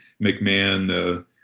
McMahon